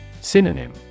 Synonym